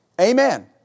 Amen